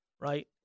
Right